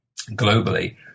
globally